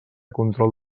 control